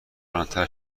بلندتر